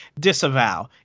disavow